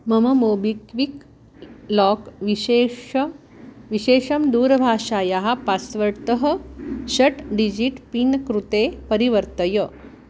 मम MobiKwik lock विशेषः विशेषं दूरभाषायाः पास्वर्ड् तः षट् डिजिट् पिन् कृते परिवर्तय